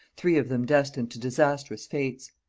three of them destined to disastrous fates.